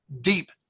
deep